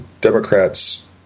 Democrats